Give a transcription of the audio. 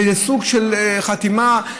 זה סוג של חתונה,